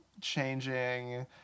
changing